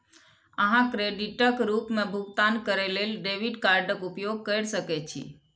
अहां क्रेडिटक रूप मे भुगतान करै लेल डेबिट कार्डक उपयोग कैर सकै छी